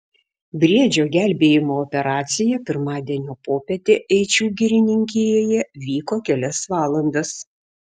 briedžio gelbėjimo operacija pirmadienio popietę eičių girininkijoje vyko kelias valandas